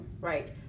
Right